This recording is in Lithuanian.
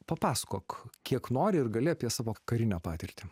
papasakok kiek nori ir gali apie savo karinę patirtį